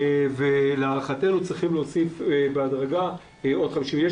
להערכתנו צריך להוסיף בהדרגה עוד 50. זה